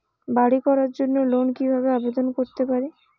বাড়ি করার জন্য লোন কিভাবে আবেদন করতে পারি?